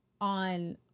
on